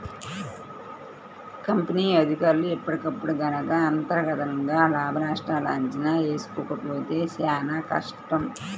company అధికారులు ఎప్పటికప్పుడు గనక అంతర్గతంగా లాభనష్టాల అంచనా వేసుకోకపోతే చానా కష్టం